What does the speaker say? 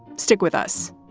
stick with us